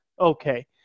Okay